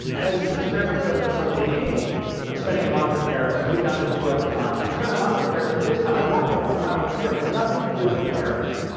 i had this experience over the summer with amy of spending a month in paris and we'd done this two other times. but we spent a month in paris and this time i worked the whole time i was there, but nothing to do with paris,